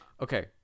okay